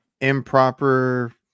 Improper